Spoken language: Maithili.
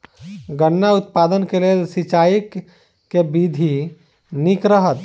गन्ना उत्पादन केँ लेल सिंचाईक केँ विधि नीक रहत?